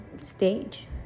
stage